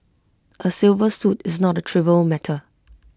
A civil suit is not A trivial matter